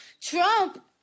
Trump